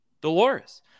Dolores